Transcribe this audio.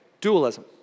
Dualism